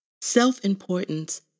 self-importance